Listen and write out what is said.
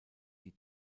die